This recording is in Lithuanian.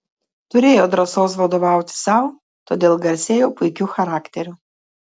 turėjo drąsos vadovauti sau todėl garsėjo puikiu charakteriu